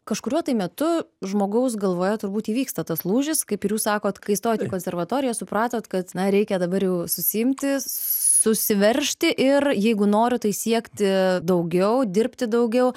kažkuriuo tai metu žmogaus galvoje turbūt įvyksta tas lūžis kaip ir jūs sakot kai stojot į konservatoriją supratot kad na reikia dabar jau susiimti susiveržti ir jeigu noriu tai siekti daugiau dirbti daugiau